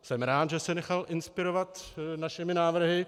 Jsem rád, že se nechal inspirovat našimi návrhy.